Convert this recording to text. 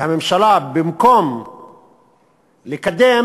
והממשלה במקום לקדם,